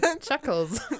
Chuckles